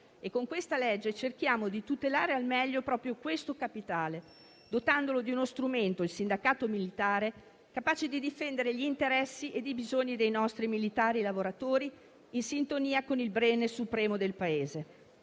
disegno di legge cerchiamo di tutelare al meglio proprio questo capitale, dotandolo di uno strumento - il sindacato militare - capace di difendere gli interessi e i bisogni dei nostri militari lavoratori in sintonia con il bene supremo del Paese.